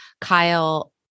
Kyle